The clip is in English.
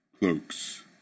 cloaks